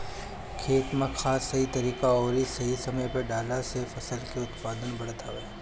खेत में खाद सही तरीका अउरी सही समय पे डालला से फसल के उत्पादन बढ़त हवे